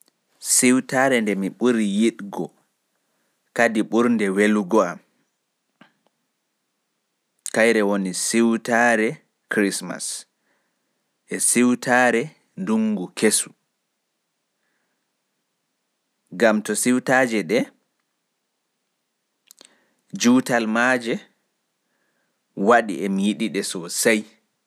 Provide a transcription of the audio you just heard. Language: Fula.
Siwtaare nde mi ɓuri yiɗugo kadi ɓurnde welgo am kaire woni siwtaare Christmas e ndunngu kesu. Juutal siwtare nden waɗi emi mi yiɗi nde.